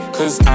Cause